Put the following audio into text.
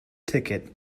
ticket